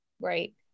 Right